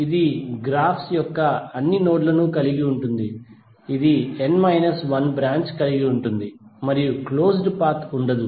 ఇది graphs యొక్క అన్ని నోడ్లను కలిగి ఉంటుంది ఇది n మైనస్ వన్ బ్రాంచ్ కలిగి ఉంటుంది మరియు క్లోజ్ డ్ పాత్ ఉండదు